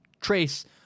trace